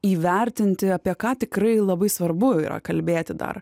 įvertinti apie ką tikrai labai svarbu yra kalbėti dar